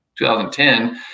2010